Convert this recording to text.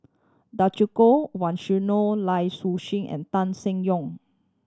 Djoko Lai Su and Tan Seng Yong